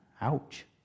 Ouch